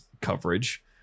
coverage